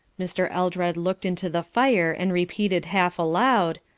mr. eldred looked into the fire and repeated half aloud,